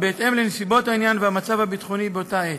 בהתאם לנסיבות העניין והמצב הביטחוני באותה עת.